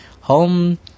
Home